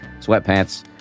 sweatpants